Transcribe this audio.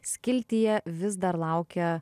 skiltyje vis dar laukia